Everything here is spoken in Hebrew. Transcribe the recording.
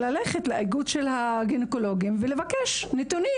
ללכת לאיגוד הגניקולוגים ולבקש נתונים.